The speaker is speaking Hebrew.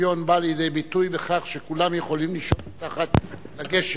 שהשוויון בא לידי ביטוי בכך שכולם יכולים לישון תחת הגשר.